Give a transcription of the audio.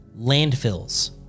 landfills